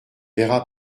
verra